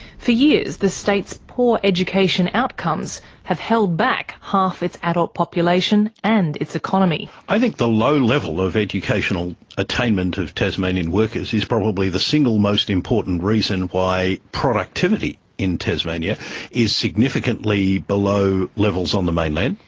for years the state's poor education outcomes have held back half its adult population, and its economy. i think the low level of educational attainment of tasmanian workers is probably the single most important reason why productivity in tasmania is significantly below levels on the mainland.